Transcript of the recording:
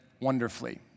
wonderfully